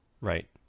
Right